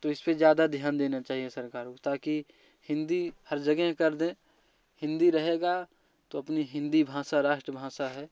तो इससे ज्यादा ध्यान देना चाहिए सरकार ताकि हिंदी हर जगह कर दे हिंदी रहेगा तो अपनी हिंदी भाषा राष्ट्रभाषा है